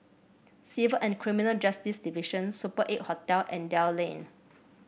Civil and Criminal Justice Division Super Eight Hotel and Dell Lane